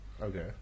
Okay